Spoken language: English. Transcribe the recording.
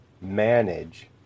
manage